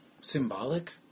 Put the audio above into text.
symbolic